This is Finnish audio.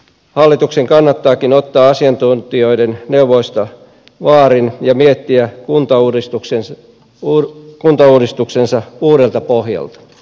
hallituksen kannattaakin ottaa asiantuntijoiden neuvoista vaarin ja miettiä kuntauudistuksensa uudelta pohjalta